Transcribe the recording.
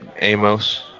Amos